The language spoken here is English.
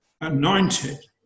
anointed